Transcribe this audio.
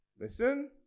Listen